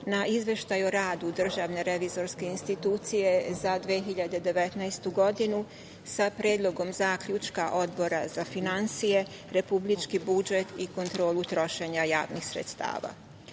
Izveštaja o radu Državne revizorske institucije za 2019. godinu, koji je podneo Odbor za finansije, republički budžet i kontrolu trošenja javnih sredstava